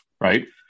right